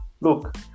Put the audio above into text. Look